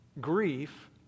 grief